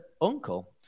uncle